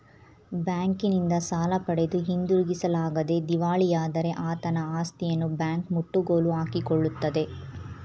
ಬ್ಯಾಂಕಿನಿಂದ ಸಾಲ ಪಡೆದು ಹಿಂದಿರುಗಿಸಲಾಗದೆ ದಿವಾಳಿಯಾದರೆ ಆತನ ಆಸ್ತಿಯನ್ನು ಬ್ಯಾಂಕ್ ಮುಟ್ಟುಗೋಲು ಹಾಕಿಕೊಳ್ಳುತ್ತದೆ